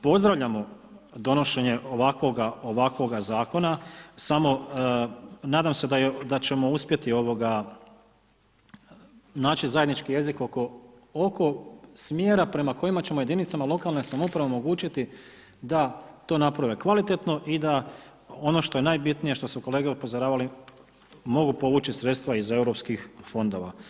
Pozdravljamo donošenje ovakvoga Zakona, samo nadam se da ćemo uspjeti naći zajednički jezik oko smjera prema kojemu ćemo jedinicama lokalne samouprave omogućiti da to naprave kvalitetno i da ono što je najbitnije, što su kolege upozoravali mogu povući sredstva iz europskih fondova.